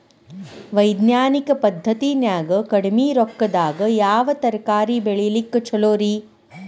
ವೈಜ್ಞಾನಿಕ ಪದ್ಧತಿನ್ಯಾಗ ಕಡಿಮಿ ರೊಕ್ಕದಾಗಾ ಯಾವ ತರಕಾರಿ ಬೆಳಿಲಿಕ್ಕ ಛಲೋರಿ?